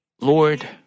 Lord